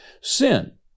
sin